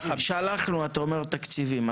מיכאל מרדכי ביטון (יו"ר ועדת הכלכלה): אתה אומר: שלחנו תקציבים.